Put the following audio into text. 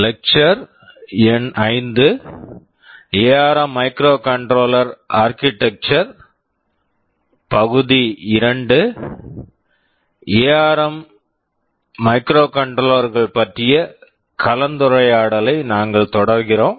ARM ARM microcontroller microcontroller கள் பற்றிய கலந்துரையாடலை நாங்கள் தொடர்கிறோம்